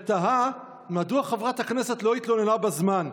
ותהה מדוע חברת הכנסת לא התלוננה בזמן.